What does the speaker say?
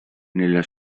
nella